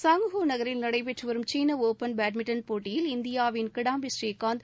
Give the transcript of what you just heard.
சாங்ஜூநகரில் நடைபெற்று வரும் சீன பஓபன் பேட்மிண்டன் சாம்பியன்ஷிப் போட்டியில் இந்தியாவின் கிடாம்பி ஸ்ரீகாந்த்